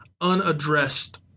unaddressed